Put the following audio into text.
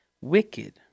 wicked